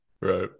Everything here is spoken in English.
right